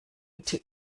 bitte